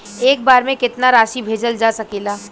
एक बार में केतना राशि भेजल जा सकेला?